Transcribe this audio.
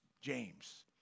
James